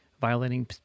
violating